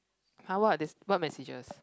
!huh! what they what messages